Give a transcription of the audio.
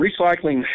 Recycling